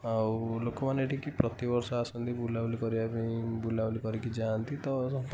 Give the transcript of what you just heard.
ଆଉ ଲୋକମାନେ ଏଠିକି ପ୍ରତିବର୍ଷ ଆସନ୍ତି ବୁଲାବୁଲି କରିବା ପାଇଁ ବୁଲାବୁଲି କରିକି ଯାଆନ୍ତି ତ